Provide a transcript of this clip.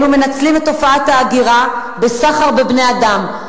אלו מנצלים את תופעת ההגירה לסחר בבני-אדם.